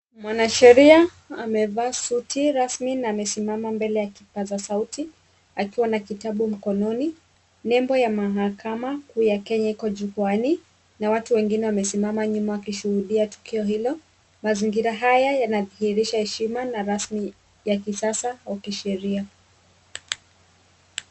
Mwanasheria amevaa suti rasmi na amesimama mbele ya kipaza sauti akiwa na kitabu mkononi. Nembo ya mahakama kuu ya Kenya ipo jukwaani na watu wengine wamesimama nyuma wakishuhudia tukio hilo. Mazingira haya yanadhihirisha heshima na rasmi ya kisasa wa kisheria.